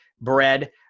bread